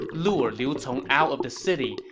lure liu cong out of the city,